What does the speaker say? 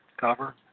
cover